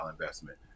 investment